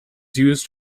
used